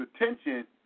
attention